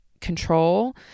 control